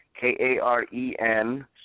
K-A-R-E-N